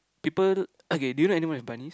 people okay do you know anyone who has bunnies